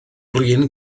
flin